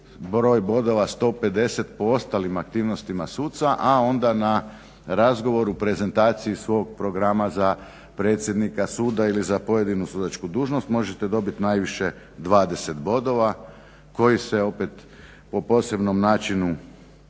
broj bodova 150 po ostalim aktivnostima suca, a onda na razgovoru prezentaciji svog programa za predsjednika suda ili za pojedinu sudačku dužnost možete dobit najviše 20 bodova koji se opet po posebnom načinu